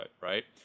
right